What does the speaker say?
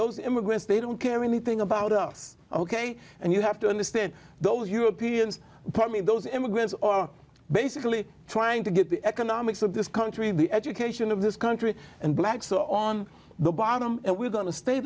those immigrants they don't care anything about us ok and you have to understand those europeans probably those immigrants are basically trying to get the economics of this country the education of this country and black so on the bottom and we're going to stay